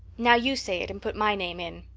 now you say it and put my name in.